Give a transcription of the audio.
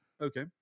Okay